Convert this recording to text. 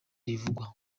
rivugwa